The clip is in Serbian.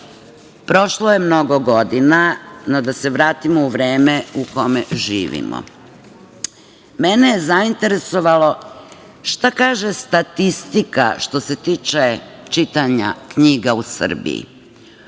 Prošlo je mnogo godina, no da se vratimo u vreme u kome živimo. Mene je zainteresovalo šta kaže statistika što se tiče čitanja knjiga u Srbiji.